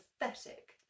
pathetic